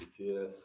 Yes